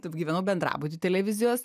taip gyvenau bendrabuty televizijos